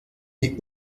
dès